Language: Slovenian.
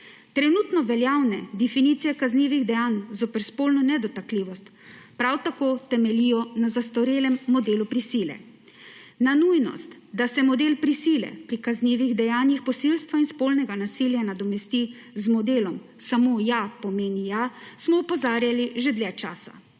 Trenutno veljavne definicije kaznivih dejanj zoper spolno nedotakljivost, prav tako temeljijo na zastarelem modelu prisile. Na nujnost, da se model prisile pri kaznivih dejanjih posilstva in spolnega nasilja nadomesti z modelom Samo ja, pomeni ja, smo opozarjali že dlje časa.